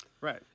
right